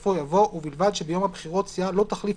בסופו יבוא "ובלבד שביום הבחירות סיעה לא תחליף